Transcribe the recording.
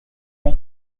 the